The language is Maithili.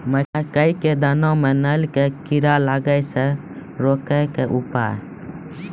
मकई के दाना मां नल का कीड़ा लागे से रोकने के उपाय?